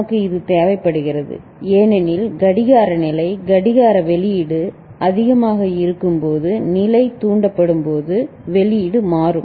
நமக்கு இது தேவைப்படுகிறது ஏனெனில் கடிகார நிலை கடிகார வெளியீடு அதிகமாக இருக்கும்போது நிலை தூண்டப்படும் போது வெளியீடு மாறும்